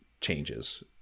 changes